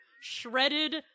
shredded